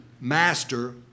master